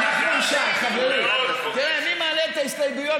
נחמן שי, חברי, תראה מי מעלה את ההסתייגויות